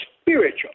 spiritual